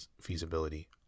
feasibility